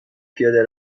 پیاده